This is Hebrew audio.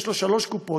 יש לו שלוש קופות,